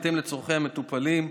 בהתאם לצורכי המטופלים,